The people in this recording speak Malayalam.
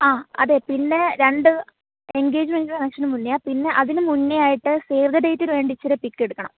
ആ അതെ പിന്നെ രണ്ട് എൻഗേജ്മെന്റ് ഫംഗ്ഷന് മുന്നെയാണ് പിന്നെ അതിന് മുന്നേ ആയിട്ട് സേവ് ദ ഡേറ്റിന് വേണ്ടി ഇത്തിരി പിക്ക് എടുക്കണം